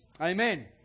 Amen